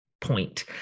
point